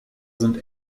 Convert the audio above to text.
sind